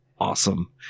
awesome